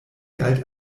galt